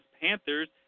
Panthers